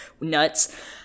nuts